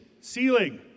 Ceiling